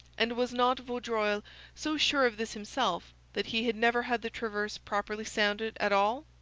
and was not vaudreuil so sure of this himself that he had never had the traverse properly sounded at all?